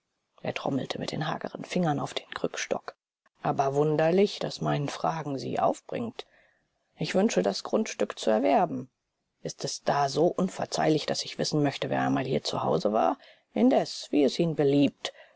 er trommelte mit den hageren fingern auf den krückstock aber wunderlich daß mein fragen sie aufbringt ich wünsche das grundstück zu erwerben ist es da so unverzeihlich daß ich wissen möchte wer einmal hier zu hause war indes wie es ihnen beliebt